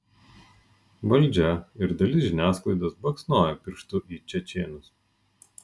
valdžia ir dalis žiniasklaidos baksnoja pirštu į čečėnus